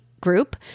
group